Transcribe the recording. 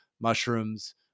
mushrooms